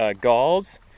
galls